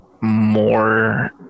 more